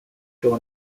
john